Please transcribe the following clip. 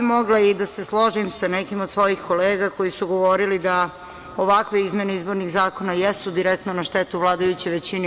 Mogla bih i da se složim sa nekima od mojih kolega koji su govorili da ovakve izmene izbornih zakona jesu direktno na štetu vladajuće većine.